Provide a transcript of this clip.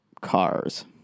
cars